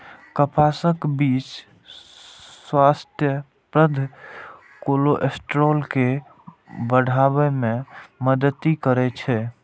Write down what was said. कपासक बीच स्वास्थ्यप्रद कोलेस्ट्रॉल के बढ़ाबै मे मदति करै छै